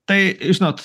tai žinot